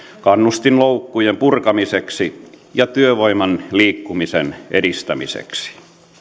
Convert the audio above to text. kannustinloukkujen purkamiseksi ja työvoiman liikkumisen edistämiseksi